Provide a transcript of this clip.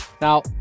Now